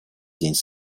день